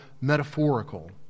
metaphorical